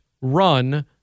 run